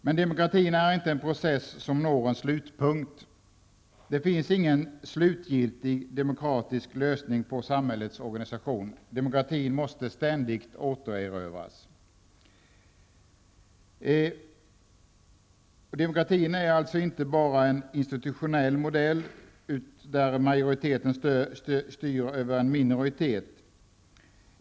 Men demokratin är inte en process som når en slutpunkt. Det finns ingen slutgiltig demokratisk lösning på samhällets organisation. Demokratin måste ständigt återerövras. Demokratin är inte bara en institutionell modell, där en majoritet styr över en minoritet.